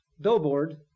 billboard